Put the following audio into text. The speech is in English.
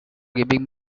giving